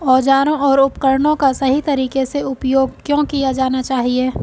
औजारों और उपकरणों का सही तरीके से उपयोग क्यों किया जाना चाहिए?